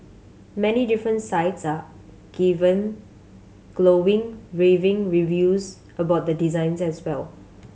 many different sites are given glowing raving reviews about the design as well